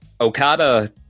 Okada